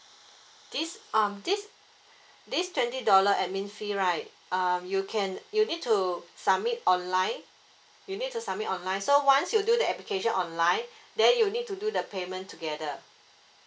this um this this twenty dollar admin fee right err you can you need to submit online you need to submit online so once you do the application online then you need to do the payment together